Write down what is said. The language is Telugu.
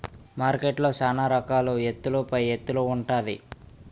మార్కెట్లో సాన రకాల ఎత్తుల పైఎత్తులు ఉంటాది